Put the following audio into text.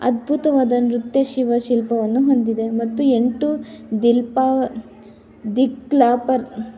ಅದ್ಭುತವಾದ ನೃತ್ಯ ಶಿವ ಶಿಲ್ಪವನ್ನು ಹೊಂದಿದೆ ಮತ್ತು ಎಂಟು ದಿಲ್ಪ ದಿಕ್ಪಾಲರ್